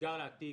שנסגר לה התיק.